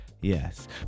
Yes